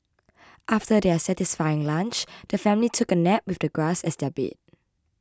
after their satisfying lunch the family took a nap with the grass as their bed